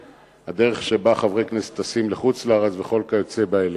בדרך שבה חברי כנסת טסים לחוץ-לארץ וכל כיוצא באלה.